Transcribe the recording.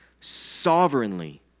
sovereignly